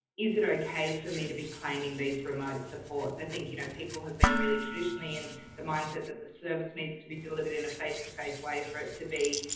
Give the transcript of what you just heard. is it okay for me to be claiming these remote supports? i think, you know, people have been really traditionally in the mindset that the service needs to be delivered in a face to face way for it to be,